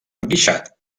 enguixat